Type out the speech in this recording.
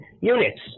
units